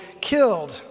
killed